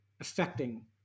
affecting